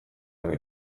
ohi